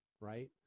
Right